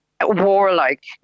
warlike